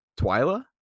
Twyla